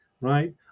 right